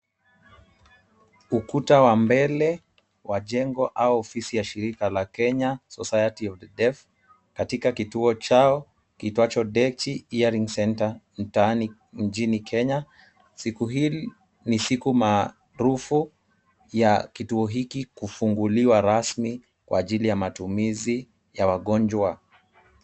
Ukuta wa mbele wa jengo au ofisi ya shirika la Kenya, society of the deaf. Katika kituo chao, kiitwayo Dechi earring center. mtaani mjini Kenya, siku hii ni siku maarufu ya kituo hiki kufunguliwa rasmi kwa ajili ya matumizi ya wagonjwa.